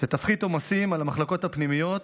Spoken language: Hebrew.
תפחית עומסים מהמחלקות הפנימיות